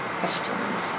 questions